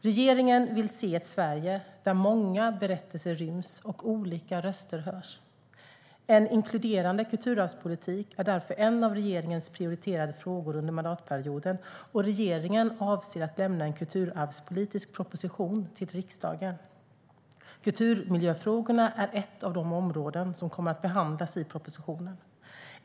Regeringen vill se ett Sverige där många berättelser ryms och olika röster hörs. En inkluderande kulturarvspolitik är därför en av regeringens prioriterade frågor under mandatperioden. Regeringen avser att lämna en kulturarvspolitisk proposition till riksdagen, och kulturmiljöfrågorna är ett av de områden som kommer att behandlas i propositionen.